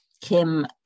Kim